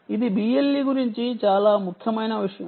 ఇది BLE గురించి చాలా ముఖ్యమైన విషయం